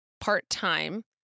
part-time